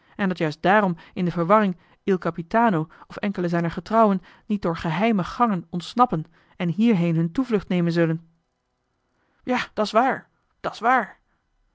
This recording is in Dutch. en dat juist daarom in de verwarring il capitano of enkele zijner getrouwen niet door geheime gangen ontsnappen en hierheen hun toevlucht nemen zullen joh h been paddeltje de scheepsjongen van michiel de ruijter ja dat's waar dat's waar